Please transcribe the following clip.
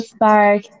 Spark